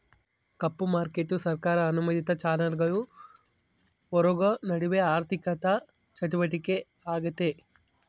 ಕಪ್ಪು market ಸರ್ಕಾರ ಅನುಮೋದಿತ ಚಾನೆಲ್ಗುಳ್ ಹೊರುಗ ನಡೇ ಆಋಥಿಕ ಚಟುವಟಿಕೆ ಆಗೆತೆ